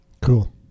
Cool